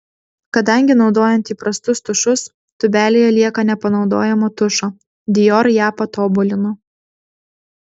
kadangi naudojant įprastus tušus tūbelėje lieka nepanaudojamo tušo dior ją patobulino